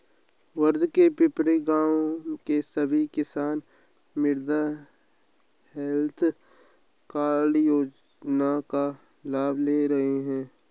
वर्धा के पिपरी गाँव के सभी किसान मृदा हैल्थ कार्ड योजना का लाभ ले रहे हैं